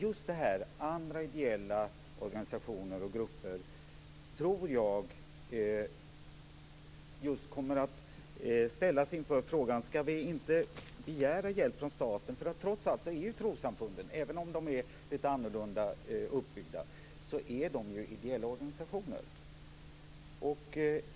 Just andra ideella organisationer och grupper tror jag kommer att ställas inför frågan: Skall vi inte begära hjälp från staten? Trots allt är trossamfunden, även om de är lite annorlunda uppbyggda, ideella organisationer.